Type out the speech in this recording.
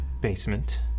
basement